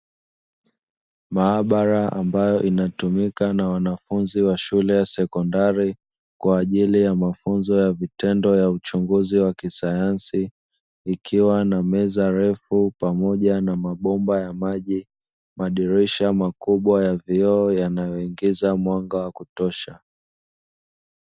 Maabara inayotumika na wanafunzi wa shule ya sekondari kwa ajili ya mafunzo ya vitendo ya uchunguzi wa kisayansi, ikiwa na meza refu pamoja na mabomba ya maji, madirisha makubwa ya vioo yanayoingiza mwanga wa kutosha.